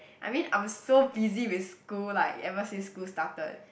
I mean I'm so busy with school like ever since school started